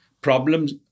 problems